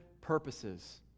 purposes